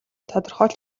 тодорхойлж